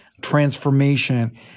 transformation